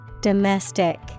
Domestic